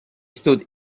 stood